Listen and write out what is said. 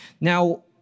now